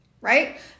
right